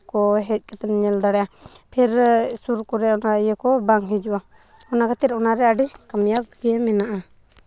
ᱠᱚ ᱦᱮᱡ ᱠᱟᱛᱮᱫ ᱮᱢ ᱧᱮᱞ ᱫᱟᱲᱮᱭᱟᱜᱼᱟ ᱯᱷᱤᱨ ᱥᱩᱨ ᱠᱚᱨᱮᱫ ᱚᱱᱟ ᱤᱭᱟᱹ ᱠᱚ ᱵᱟᱝ ᱦᱤᱡᱩᱜᱼᱟ ᱚᱱᱟ ᱠᱷᱟᱹᱛᱤᱨ ᱚᱱᱟᱨᱮ ᱟᱹᱰᱤ ᱠᱟᱹᱢᱭᱟᱹᱫ ᱜᱮ ᱢᱮᱱᱟᱜᱼᱟ